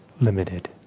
limited